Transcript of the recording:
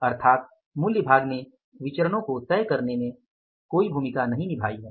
तो इसका मतलब है कि मूल्य भाग ने विचरणो को तय करने में कोई भूमिका नहीं निभाई है